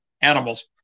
animals